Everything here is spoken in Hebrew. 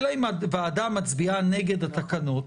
אלא אם הוועדה מצביעה נגד התקנות.